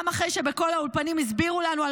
גם אחרי שבכל האולפנים הסבירו לנו על